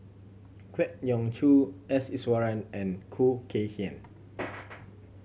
Kwek Leng Joo S Iswaran and Khoo Kay Hian